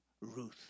Ruth